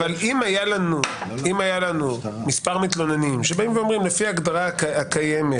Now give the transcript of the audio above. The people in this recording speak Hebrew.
אבל אם היה לנו מספר מתלוננים שבאים ואומרים לפי ההגדרה הקיימת,